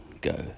go